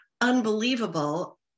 unbelievable